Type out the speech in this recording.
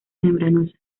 membranosa